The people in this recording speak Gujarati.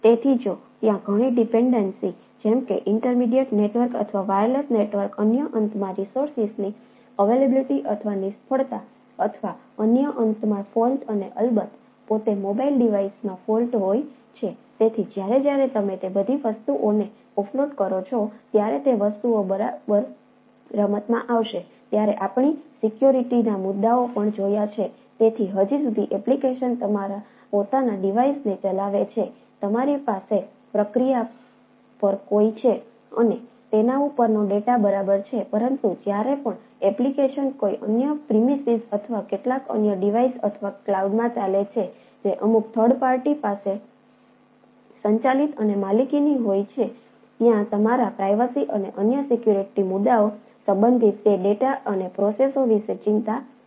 તેથી જો ત્યાં ઘણી ડીપેનડેનસી વિશે ચિંતા છે